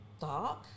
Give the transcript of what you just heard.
dark